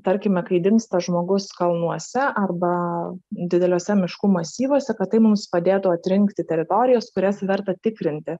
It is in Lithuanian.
tarkime kai dingsta žmogus kalnuose arba dideliuose miškų masyvuose kad tai mums padėtų atrinkti teritorijas kurias verta tikrinti